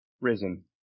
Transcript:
risen